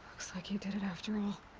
looks like you did it after all.